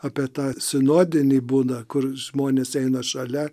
apie tą sinodinį būdą kur žmonės eina šalia